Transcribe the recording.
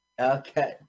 Okay